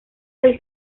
del